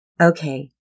Okay